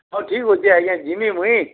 ହଁ ଠିକ୍ ଅଛି ଆଜ୍ଞା ଯିମି ମୁଇଁ